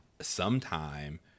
sometime